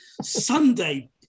Sunday